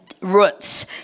roots